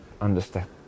understand